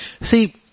See